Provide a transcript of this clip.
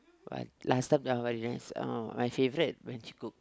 but last time oh very nice oh my favorite when she cook